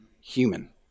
human